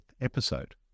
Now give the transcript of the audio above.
episode